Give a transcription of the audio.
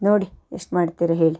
ನೋಡಿ ಎಷ್ಟು ಮಾಡ್ತೀರೋ ಹೇಳಿ